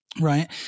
Right